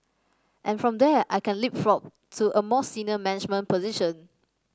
and from there I can leapfrog to a more senior management position